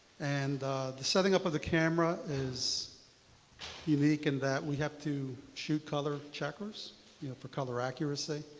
and the setting up of the camera is unique in that we have to shoot color checkers you know for color accuracy.